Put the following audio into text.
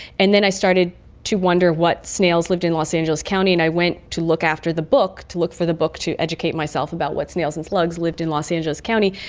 and then i started to wonder what snails lived in los angeles county and i went to look after the book, to look for the book to educate myself about what snails and slugs lived in los angeles county,